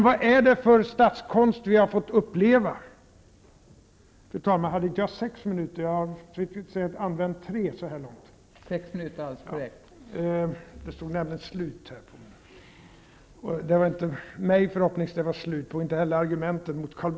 Vad är det för statskonst vi har fått uppleva?